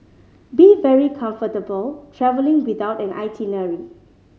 be very comfortable travelling without an itinerary